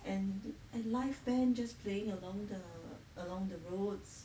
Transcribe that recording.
and the live band just playing along the along the roads